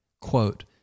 Quote